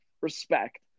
respect